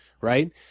right